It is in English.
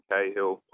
Cahill